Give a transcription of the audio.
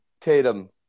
Tatum